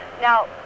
Now